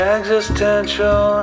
Existential